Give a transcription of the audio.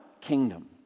kingdom